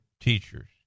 teachers